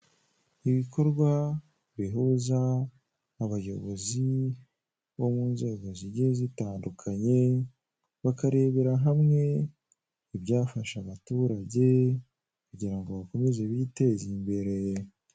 Ibikorwa bihuza abayobozi bo mu nzego zigiye zitandukanye bakarebera hamwe ibyafasha abaturage kugira ngo bakomeze biteze imbere.